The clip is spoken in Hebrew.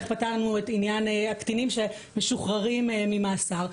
איך פתרנו את עניין הקטינים שמשוחררים ממאסר?